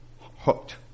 hooked